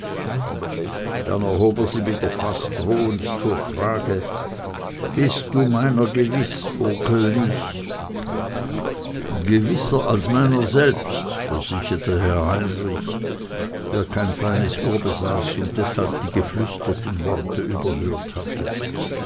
dann erhob er sie wieder fast drohend zur frage bist du meiner gewiß o könig gewisser als meiner selbst versicherte herr heinrich der kein feines ohr besaß und deshalb die geflüsterten worte überhört hatte